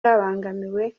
babangamiwe